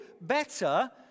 better